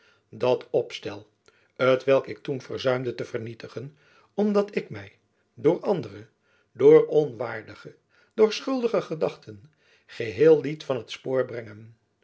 dat opstel t welk ik toen verzuimde te vernietigen om dat ik my door andere door onwaardige door schuldige gedachten geheel liet van t spoor brengen